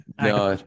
No